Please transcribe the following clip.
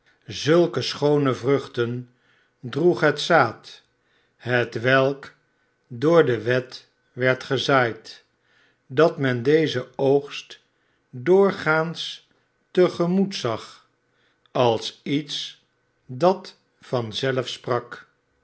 zulke schoone vruchten droeg het zaad hetwelk door de wet werd gezaaid dat men dezen oogst doorgaans te gemoet zag als iets dat van